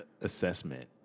assessment